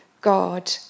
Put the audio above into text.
God